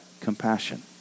compassion